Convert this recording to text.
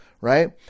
Right